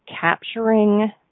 capturing